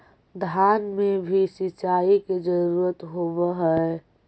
धान मे भी सिंचाई के जरूरत होब्हय?